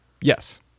Yes